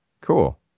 Cool